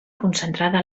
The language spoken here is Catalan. concentrada